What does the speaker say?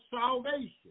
salvation